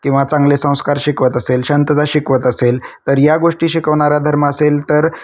किंवा चांगले संस्कार शिकवत असेल शांतता शिकवत असेल तर या गोष्टी शिकवणारा धर्म असेल तर